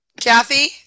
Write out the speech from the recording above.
Kathy